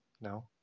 No